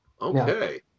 Okay